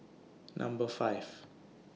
Number five